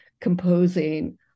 composing